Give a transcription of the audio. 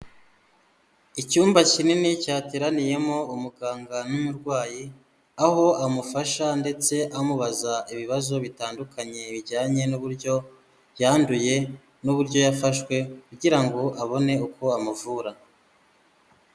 Icyumba kinini cyateraniyemo umuganga n'umurwayi, aho amufasha ndetse amubaza ibibazo bitandukanye bijyanye n'uburyo yanduye n'uburyo yafashwe, kugira ngo abone uko amuvura.